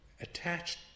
attached